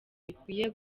bikwiye